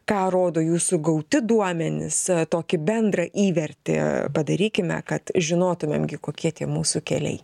ką rodo jūsų gauti duomenys tokį bendrą įvertį padarykime kad žinotumėm gi kokie tie mūsų keliai